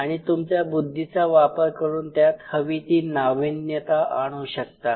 आणि तुमच्या बुद्धीचा वापर करून त्यात हवी ती नाविन्यता आणू शकता